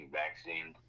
vaccine